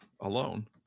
alone